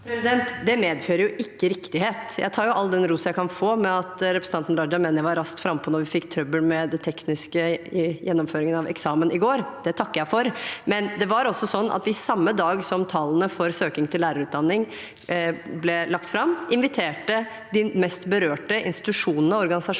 Det medfører ikke riktighet. Jeg tar all den rosen jeg kan få, med tanke på at representanten Raja mener jeg var raskt frampå da vi fikk trøbbel med den tekniske gjennomføringen av eksamen i går. Det takker jeg for. Men det var også slik at vi samme dag som tallene for søkningen til lærerutdanningen ble lagt fram, inviterte de mest berørte institusjonene og organisasjonene